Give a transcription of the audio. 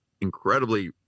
incredibly